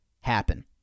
happen